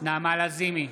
נעמה לזימי,